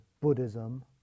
Buddhism